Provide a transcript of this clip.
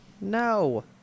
No